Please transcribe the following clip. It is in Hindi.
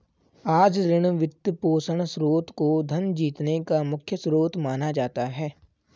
आज ऋण, वित्तपोषण स्रोत को धन जीतने का मुख्य स्रोत माना जाता है